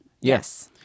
yes